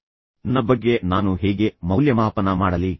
ನನ್ನ ಬಗ್ಗೆ ನಾನು ಹೇಗೆ ಮೌಲ್ಯಮಾಪನ ಮಾಡಲಿ